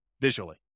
visually